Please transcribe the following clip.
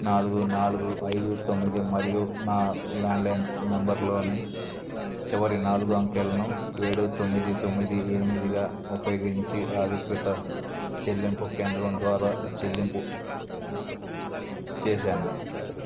నాలుగు నాలుగు ఐదు తొమ్మిది మరియు నా ల్యాండ్లైన్ నెంబర్లోని చివరి నాలుగు అంకెలను ఏడు తొమ్మిది తొమ్మిది ఎనిమిదిగా ఉపయోగించి అధీకృత చెల్లింపు కేంద్రం ద్వారా చెల్లింపు చేశాను